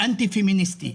האנטי-פמיניסטי,